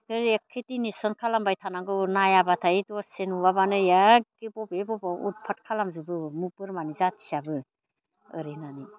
एखे दिनै सन खालामबाय थानांगौ नायाब्लाथाय दसे नुवाबानो ऐ एखे बबे बबाव उदपात खालामजोबगोन बोरमानि जाथियाबो ओरै होननानै